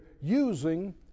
using